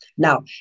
Now